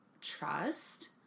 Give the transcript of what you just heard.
trust